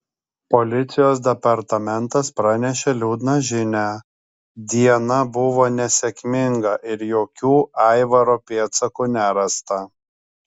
policijos departamentas pranešė liūdną žinią diena buvo nesėkminga ir jokių aivaro pėdsakų nerasta